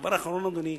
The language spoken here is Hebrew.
דבר אחרון, אדוני,